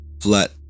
flat